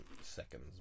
seconds